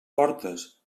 portes